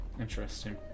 Interesting